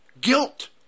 Guilt